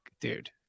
dude